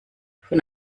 von